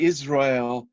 Israel